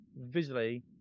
visually